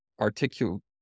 articulate